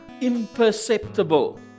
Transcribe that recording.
imperceptible